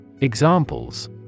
Examples